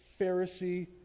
Pharisee